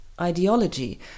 ideology